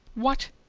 what!